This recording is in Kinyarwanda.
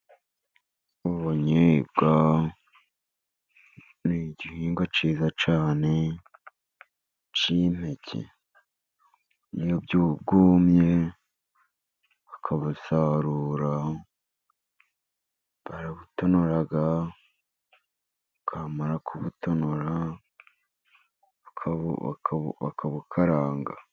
Ubunyebwa ni igihingwa cyiza cyane cy'impeke, iyo bwumye bakabusarura ,barabutonora ,bamara kubutonora, ukabukaranga.